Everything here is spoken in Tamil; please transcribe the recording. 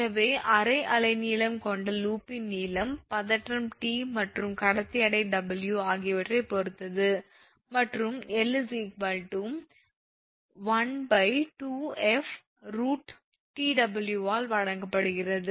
எனவே அரை அலைநீளம் கொண்ட லூப்பின் நீளம் பதற்றம் 𝑇 மற்றும் கடத்தி எடை 𝑊 ஆகியவற்றைப் பொறுத்தது மற்றும் 𝜆 12𝑓√𝑇𝑊 ஆல் வழங்கப்படுகிறது